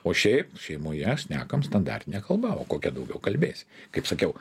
o šiaip šeimoj šnekame standartine kalba o kokia daugiau kalbėsi kaip sakiau